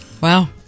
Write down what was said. Wow